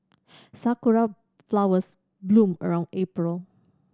sakura flowers bloom around April